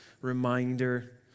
reminder